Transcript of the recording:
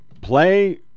play